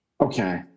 okay